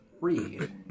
read